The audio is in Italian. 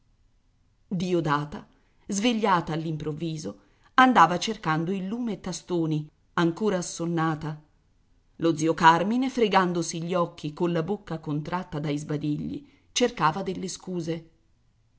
diodata svegliata all'improvviso andava cercando il lume tastoni ancora assonnata lo zio carmine fregandosi gli occhi colla bocca contratta dai sbadigli cercava delle scuse